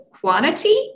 quantity